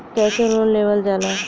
कैसे लोन लेवल जाला?